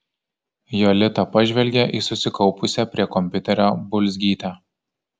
jolita pažvelgė į susikaupusią prie kompiuterio bulzgytę